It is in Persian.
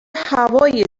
هوای